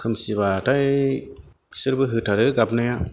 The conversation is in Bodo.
खोमसिब्लाथाय बिसोरबो होथारो गाबनाया